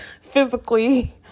physically